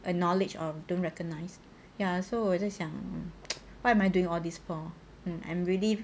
acknowledge or don't recognise ya so 我就想 why am I doing all this for um I'm really